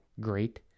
great